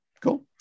Cool